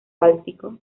báltico